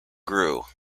grew